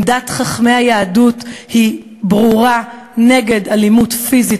עמדת חכמי היהדות היא ברורה נגד אלימות פיזית